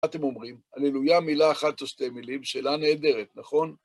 מה אתם אומרים? הללויה מילה אחת או שתי מילים? שאלה נהדרת, נכון?